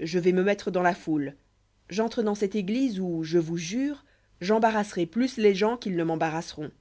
je vais me mettre dans la foule j'entre dans cette église où je vous jure j'embarrasserai plus les gens qu'ils ne m'embarrasseront